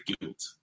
guilt